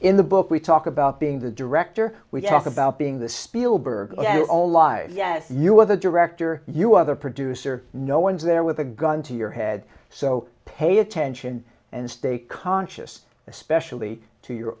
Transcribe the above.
in the book we talk about being the director we talk about being the spielberg all live yet you as a director you other producer no one's there with a gun to your head so pay attention and stay conscious especially to your